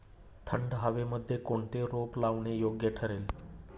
थंड हवेमध्ये कोणते रोप लावणे योग्य ठरेल?